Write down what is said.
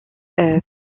pris